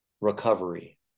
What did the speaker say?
recovery